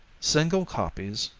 single copies,